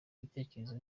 igitekerezo